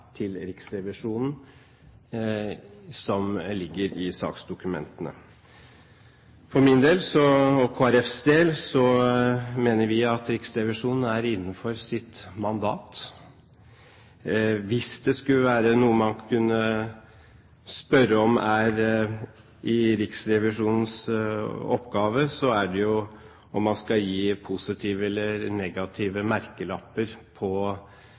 til Riksrevisjonen, og som ligger i saksdokumentene. For min del, og for Kristelig Folkepartis del, mener jeg at Riksrevisjonen er innenfor sitt mandat. Hvis det skulle være noe som er Riksrevisjonens oppgave, så er det jo det å skulle sette positive eller negative merkelapper på